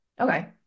okay